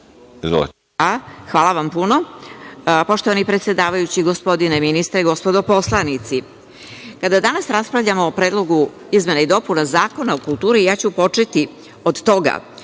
Hvala vam puno. Poštovani predsedavajući, gospodine ministre i gospodo poslanici. Kada danas raspravljamo o Predlogu izmena i dopuna Zakona o kulturi ja ću početi od toga